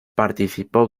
participó